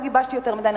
לא גיבשתי יותר מדי,